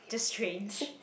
just strange